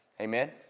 Amen